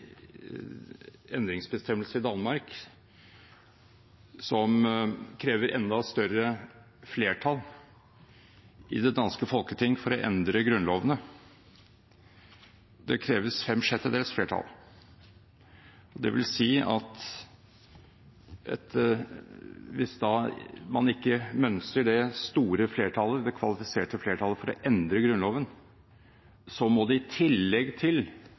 endringsbestemmelse i Danmark som krever et enda større flertall i Folketinget for å endre grunnloven. Det kreves fem sjettedels flertall. Det vil si at hvis man ikke mønstrer det store, kvalifiserte, flertallet for å endre grunnloven, må det i tillegg til